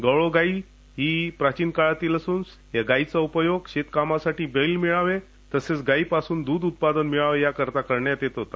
गवळावू गाय ही प्राचीन काळातील असून या गाईचा उपयोग शेतकामासाठी बैल मिळावे तसंच गाईपासून दूध उत्पादन मिळावे याकरीता करण्यात येत होता